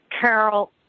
Carol